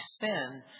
sin